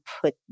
put